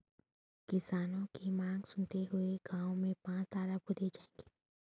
किसानों की मांग सुनते हुए गांव में पांच तलाब खुदाऐ जाएंगे